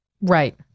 Right